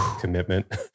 commitment